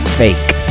fake